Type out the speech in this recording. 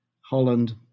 Holland